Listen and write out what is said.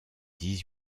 dix